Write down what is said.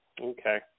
Okay